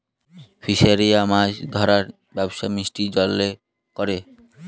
ফিসারিরা মাছ ধরার ব্যবসা মিষ্টি জলে করে